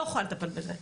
לא יכולה לטפל בזה.